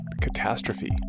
catastrophe